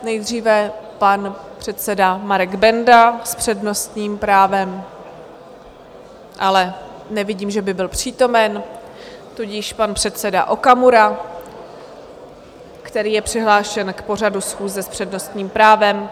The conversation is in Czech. Nejdříve pan předseda Marek Benda s přednostním právem, ale nevidím, že by byl přítomen, tudíž pan předseda Okamura, který je přihlášen k pořadu schůze s přednostním právem.